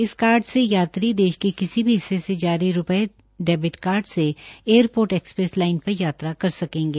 इस कार्ड से यात्री देश के किसी भी हिस्से से जारी रूपे डेविट कार्ड से एयर ोर्ट एक्सप्रेस लाइन र यात्रा कर सकेंगे